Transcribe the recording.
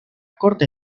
corta